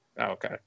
Okay